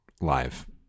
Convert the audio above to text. live